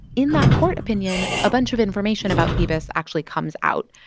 in that court opinion, a bunch of information about phoebus actually comes out.